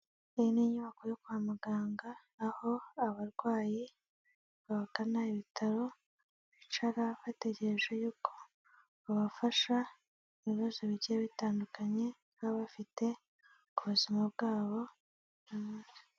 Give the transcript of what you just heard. Iyi ni inyubako yo kwa muganga, aho abarwayi bagana ibitaro bicara bategereje yuko babafasha ibibazo bigiye bitandukanye baba bafite ku buzima bwabo.